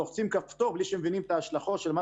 לוחצים על כפתור בלי שמבינים את ההשלכות של מה